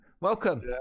Welcome